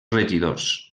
regidors